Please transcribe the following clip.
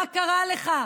מה קרה לך?